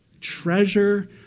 treasure